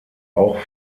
auch